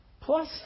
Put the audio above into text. Plus